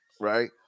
right